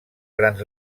grans